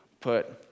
put